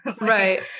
Right